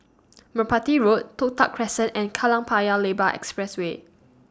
Merpati Road Toh Tuck Crescent and Kallang Paya Lebar Expressway